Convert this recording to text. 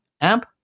amp